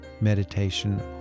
meditation